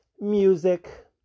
music